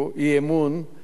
שבשלו ביקשו אי-אמון,